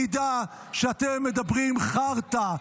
מעידה שאתם מדברים חרטה,